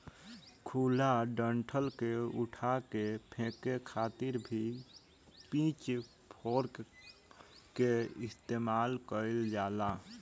खुला डंठल के उठा के फेके खातिर भी पिच फोर्क के इस्तेमाल कईल जाला